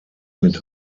mit